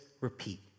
repeat